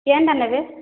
କେନ୍ ଟା ନେବେ